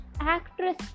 actress